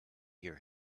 hear